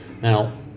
now